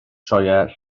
sioeau